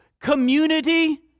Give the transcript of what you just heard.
Community